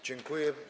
Dziękuję.